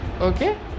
Okay